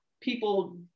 people